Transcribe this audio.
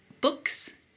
books